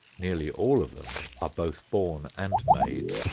nearly all of them are both born and made.